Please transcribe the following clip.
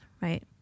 right